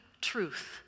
truth